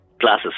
Glasses